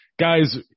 Guys